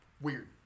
weird